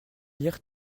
lire